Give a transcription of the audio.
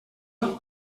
iwacu